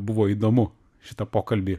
buvo įdomu šitą pokalbį